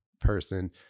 person